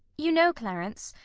you know, clarence,